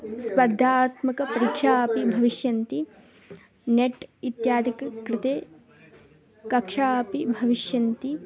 स्पर्धात्मकपरीक्षा अपि भविष्यन्ति नेट् इत्यादि क् कृते कक्षा अपि भविष्यन्ति